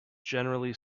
generally